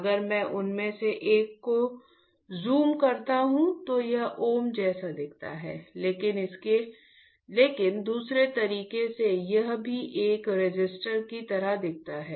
अगर मैं देखूं कि यह ओम की तरह दिखता है